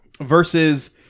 versus